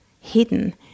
hidden